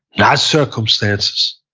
not circumstances,